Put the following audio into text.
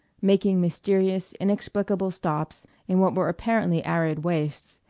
making mysterious inexplicable stops in what were apparently arid wastes,